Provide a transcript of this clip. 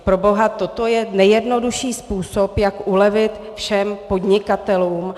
Proboha, toto je nejjednodušší způsob, jak ulevit všem podnikatelům!